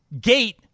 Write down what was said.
gate